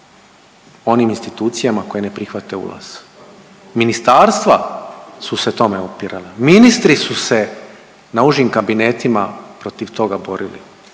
onim institucijama koje ne prihvate ulaz, ministarstva su se tome opirala, ministri su se na užim kabinetima protiv toga borili.